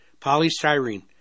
polystyrene